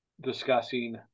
discussing